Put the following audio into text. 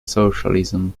socialism